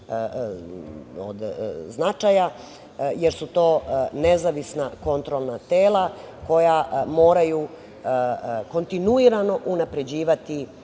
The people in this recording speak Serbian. od značaja, jer su to nezavisna kontrolna tela koja moraju kontinuirano unapređivati